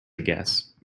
guess